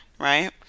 right